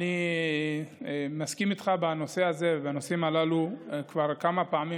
אני הסכמתי איתך בנושא הזה ובנושאים הללו כבר כמה פעמים.